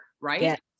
right